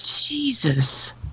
Jesus